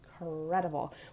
incredible